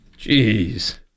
Jeez